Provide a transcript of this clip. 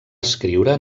escriure